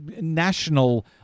national